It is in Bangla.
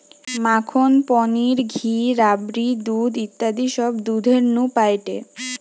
মাখন, পনির, ঘি, রাবড়ি, দুধ ইত্যাদি সব দুধের নু পায়েটে